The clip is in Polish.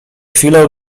chwilę